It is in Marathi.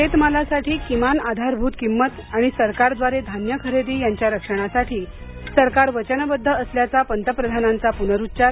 शेतमालासाठी किमान आधारभूत किंमत आणि सरकारद्वारे धान्य खरेदी यांच्या रक्षणासाठी सरकार वचनबद्ध असल्याचा पंतप्रधानांचा प्नरूच्चार